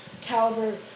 caliber